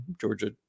Georgia